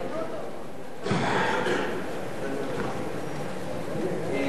מי